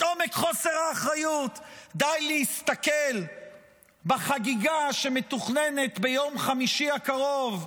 את עומק חוסר האחריות די להסתכל בחגיגה שמתוכננת ביום חמישי הקרוב,